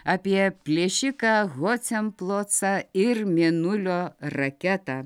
apie plėšiką hocemplocą ir mėnulio raketą